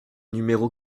numéro